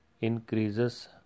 increases